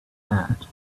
that